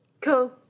Cool